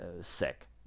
Sick